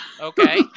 okay